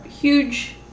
huge